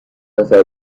نفر